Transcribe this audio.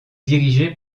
dirigé